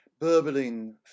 burbling